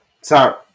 sorry